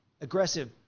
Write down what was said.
aggressive